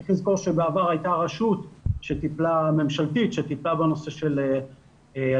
צריך לזכור שבעבר הייתה רשות ממשלתית שטיפלה בנושא של היישובים